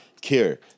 care